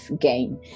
game